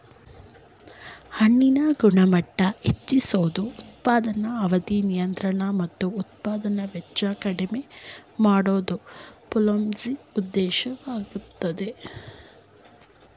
ಹಣ್ಣಿನ ಗುಣಮಟ್ಟ ಹೆಚ್ಚಿಸೋದು ಉತ್ಪಾದನಾ ಅವಧಿ ನಿಯಂತ್ರಣ ಮತ್ತು ಉತ್ಪಾದನಾ ವೆಚ್ಚ ಕಡಿಮೆ ಮಾಡೋದು ಪೊಮೊಲಜಿ ಉದ್ದೇಶವಾಗಯ್ತೆ